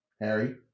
Harry